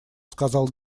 сказал